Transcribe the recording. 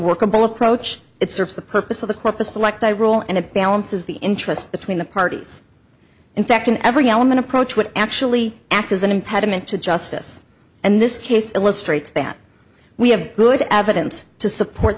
workable approach it serves the purpose of the corpus collect i roll and it balances the interest between the parties in fact in every element approach would actually act as an impediment to justice and this case illustrates that we have good evidence to support